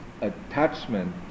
attachment